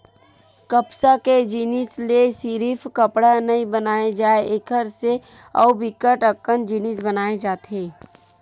कपसा के जिनसि ले सिरिफ कपड़ा नइ बनाए जाए एकर से अउ बिकट अकन जिनिस बनाए जाथे